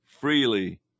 freely